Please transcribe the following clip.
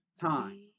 time